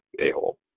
a-hole